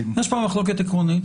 יש פה מחלוקת עקרונית.